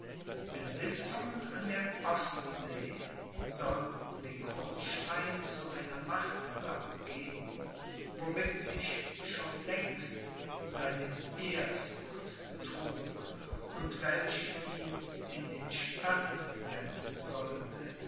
besitzungen an der ostsee sollten den grundstein zu einer macht abgeben womit sich schon längst seine ehrsucht trug und welche ihn in den stand setzen sollte